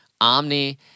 omni-